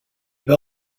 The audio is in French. bas